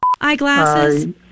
eyeglasses